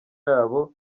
yabo